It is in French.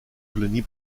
colonie